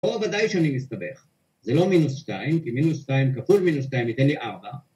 ‫פה וודאי שאני מסתבך, ‫זה לא מינוס שתיים, ‫כי מינוס שתיים כפול מינוס שתיים ‫ייתן לי ארבע.